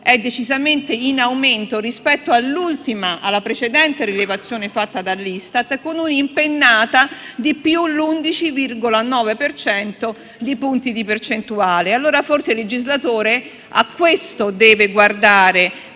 decisamente in aumento rispetto alla precedente rilevazione fatta dall'ISTAT, con un'impennata di più 11,9 di punti di percentuale Allora, forse, il legislatore a questo deve guardare